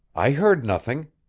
i heard nothing,